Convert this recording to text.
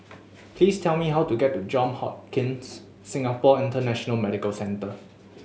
please tell me how to get to John Hopkins Singapore International Medical Centre